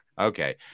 okay